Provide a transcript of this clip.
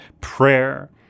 prayer